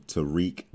Tariq